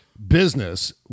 business